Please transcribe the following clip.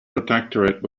protectorate